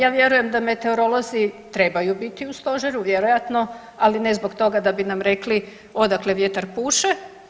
Ja vjerujem da meteorolozi trebaju biti u Stožeru vjerojatno, ali ne zbog toga da bi nam rekli odakle vjetar puše.